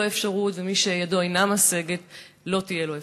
אפשרות ומי שידו אינה משגת לא תהיה לו אפשרות.